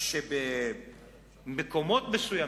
אף שבמקומות מסוימים,